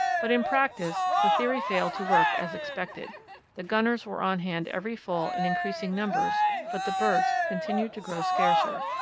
but in practice the theory failed to work as expected the gunners were on hand every fall in increasing numbers but the birds continued to grow scarcer.